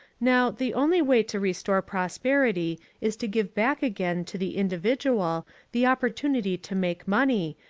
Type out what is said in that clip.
now, the only way to restore prosperity is to give back again to the individual the opportunity to make money,